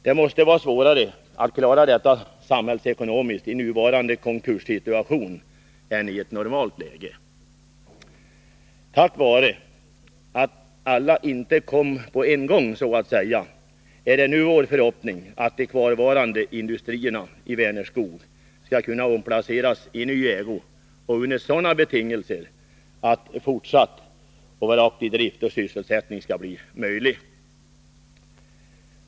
Det måste vara svårare att klara detta samhällsekonomiskt i nuvarande konkurssituation än i ett normalt läge. Tack vare att alla inte kom på en gång så att säga kan vi nu hoppas på att de kvarvarande industrierna i Vänerskog skall kunna omplaceras i ny ägo och under sådana betingelser att fortsatt och varaktig drift och sysselsättning skall bli möjlig.